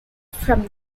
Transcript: from